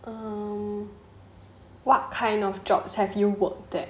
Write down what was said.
um what kind of jobs have you work at